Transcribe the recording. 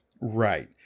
Right